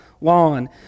lawn